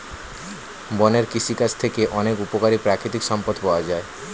বনের কৃষিকাজ থেকে অনেক উপকারী প্রাকৃতিক সম্পদ পাওয়া যায়